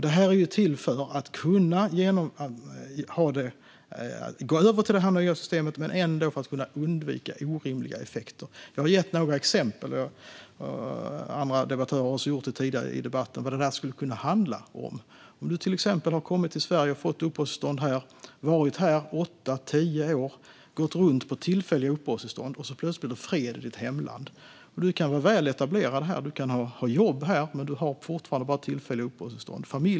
Det här är till för att kunna gå över till det nya systemet men för att ändå undvika orimliga effekter. Jag har gett några exempel, och andra debattörer har gjort det tidigare i debatten, om vad detta skulle handla om. Du har till exempel kommit till Sverige och har fått uppehållstillstånd här, varit här åtta tio år, gått runt på tillfälliga uppehållstillstånd, och plötsligt blir det fred i ditt hemland. Du kan vara väl etablerad här med jobb och familj men fortfarande bara ha tillfälliga uppehållstillstånd.